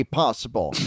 possible